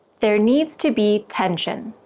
there needs to be tension.